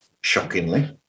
shockingly